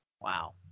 Wow